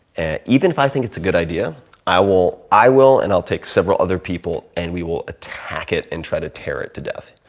and even if i think it's a good idea i will i will and i'll take several other people and we will attack it and try to tear it to death,